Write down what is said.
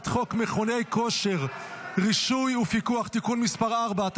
חוק מכוני כושר (רישוי ופיקוח) (תיקון מס' 4),